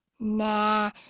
Nah